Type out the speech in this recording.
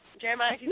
Jeremiah